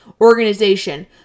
organization